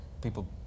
people